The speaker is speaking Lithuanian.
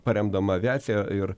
paremdama aviaciją ir